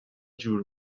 جور